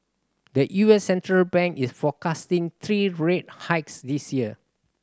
the U S central bank is forecasting three rate hikes this year